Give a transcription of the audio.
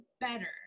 better